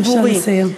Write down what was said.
בבקשה לסיים.